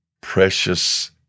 precious